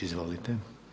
Izvolite.